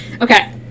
okay